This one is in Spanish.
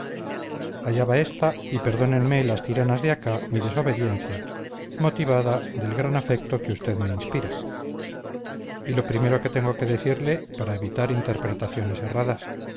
allá va esta y perdónenme las tiranas de acá mi desobediencia motivada del gran afecto que usted me inspira y lo primero que tengo que decirle para evitar interpretaciones erradas